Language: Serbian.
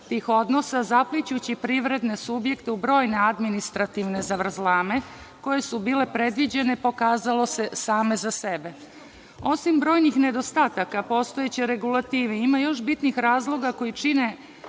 tih odnosa, zaplićući privredne subjekte u brojne administrativne zavrzlame, koje su bile predviđene, pokazalo se, same za sebe. Osim brojnih nedostataka postojeće regulative, ima još bitnih razloga koji čine